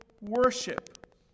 worship